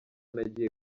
nagiye